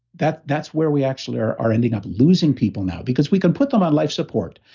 that's that's where we actually are are ending up losing people now. because, we can put them on life support,